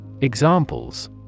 examples